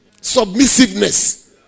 submissiveness